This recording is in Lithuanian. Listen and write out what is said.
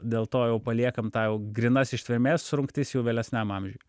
dėl to jau paliekam tą jau grynas ištvermės rungtis jau vėlesniam amžiui